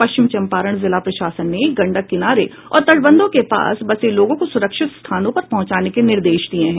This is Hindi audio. पश्चिम चंपारण जिला प्रशासन ने गंडक किनारे और तटबंधों के पास बसे लोगों को सुरक्षित स्थानों पर पहंचाने के निर्देश दिये हैं